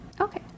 Okay